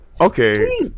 Okay